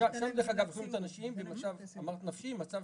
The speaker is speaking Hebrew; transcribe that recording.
שם דרך אגב, אמרת נפשיים, מצב